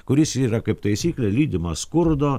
kuris yra kaip taisyklė lydimas skurdo